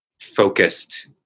focused